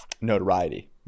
notoriety